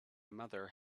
mother